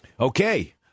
Okay